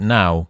now